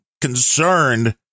concerned